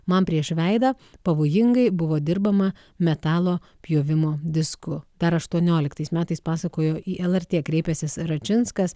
man prieš veidą pavojingai buvo dirbama metalo pjovimo disku dar aštuonioliktais metais pasakojo į lrt kreipęsis račinskas